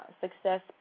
success